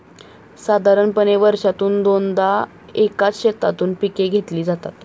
साधारणपणे वर्षातून दोनदा एकाच शेतातून पिके घेतली जातात